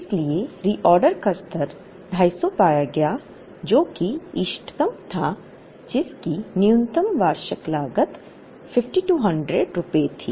इसलिए रीऑर्डर का स्तर 250 पाया गया जो कि इष्टतम था जिसकी न्यूनतम वार्षिक लागत 5200 रुपये थी